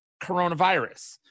coronavirus